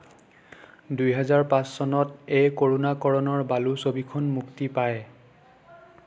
দুহেজাৰ চনত এ কৰুণাকৰণৰ বালু ছবিখন মুক্তি পায়